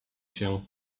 się